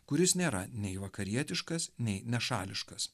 kuris nėra nei vakarietiškas nei nešališkas